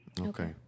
Okay